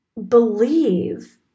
believe